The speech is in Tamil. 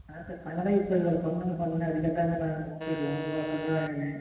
அதுதான் சார் ஃபைனலாக இப்போ இவ்வளோ பண்ணணுன்னு சொன்னிங்கன்னால் அதுக்கேற்ற மாதிரி நாங்கள் பேசுவோம் இவ்வளோ பண்ணுறாங்கன்னு